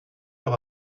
leur